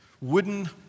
wooden